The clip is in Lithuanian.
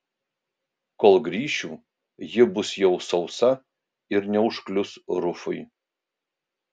kol grįšiu ji bus jau sausa ir neužklius rufui